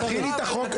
תכיני את החוק,